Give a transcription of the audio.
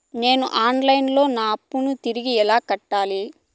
నేను online లో నా అప్పును తిరిగి ఎలా కట్టాలి?